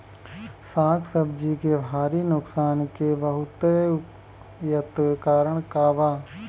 साग सब्जी के भारी नुकसान के बहुतायत कारण का बा?